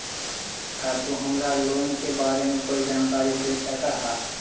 का तु हमरा लोन के बारे में कोई जानकारी दे सकऽ हऽ?